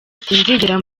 sinzigera